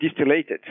distillated